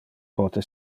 pote